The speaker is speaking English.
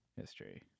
History